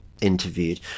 interviewed